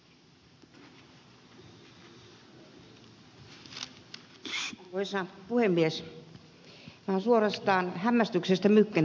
minä olen suorastaan hämmästyksestä mykkänä